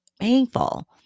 painful